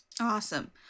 awesome